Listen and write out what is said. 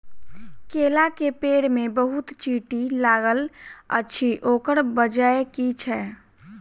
केला केँ पेड़ मे बहुत चींटी लागल अछि, ओकर बजय की छै?